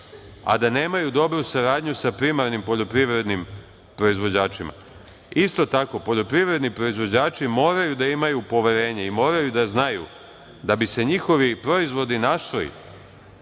a da nemaju dobru saradnju sa primarnim poljoprivrednim proizvođačima. Isto tako, poljoprivredni proizvođači moraju da imaju poverenje i moraju da znaju da bi se njihovi proizvodi našli